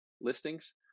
listings